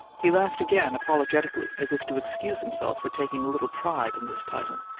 he laughed again, apologetically, as if to excuse himself for taking a little pride in this title.